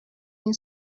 این